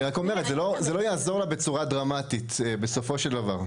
היא רק אומרת שזה לא יעזור לה בצורה דרמטית בסופו של דבר.